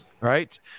right